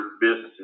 businesses